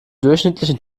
durchschnittlichen